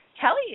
Kelly